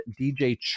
DJ